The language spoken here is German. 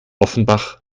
offenbach